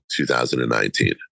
2019